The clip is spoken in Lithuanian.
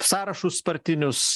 sąrašus partinius